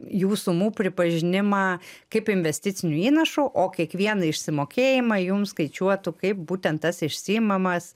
jų sumų pripažinimą kaip investicinių įnašų o kiekvieną išsimokėjimą jums skaičiuotų kaip būtent tas išsiimamas